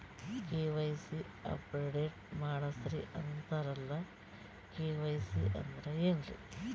KYC update ಮಾಡಸ್ರೀ ಅಂತರಲ್ಲ KYC ಅಂದ್ರ ಏನ್ರೀ?